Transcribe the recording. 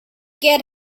get